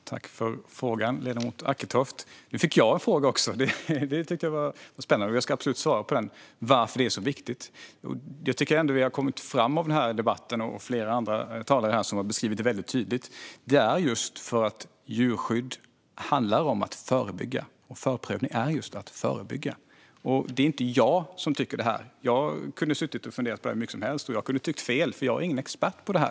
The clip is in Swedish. Fru talman! Tack för frågan, ledamot Acketoft! Nu fick alltså jag en fråga också, vilket jag tycker är spännande. Jag ska absolut svara på varför det är så viktigt. Jag tycker ändå att vi i den här debatten har kommit fram till, vilket flera andra talare tydligt har beskrivit, att djurskydd handlar om att förebygga. Förprövning är just att förebygga. Det är inte jag som tycker detta. Jag skulle kunna sitta och fundera hur mycket som helst på detta, och jag skulle kunna tycka fel. Jag är nämligen ingen expert på detta.